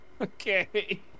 okay